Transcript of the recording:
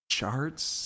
Charts